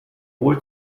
wohl